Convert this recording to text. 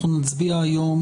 אנחנו נצביע היום,